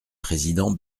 président